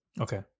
Okay